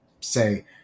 say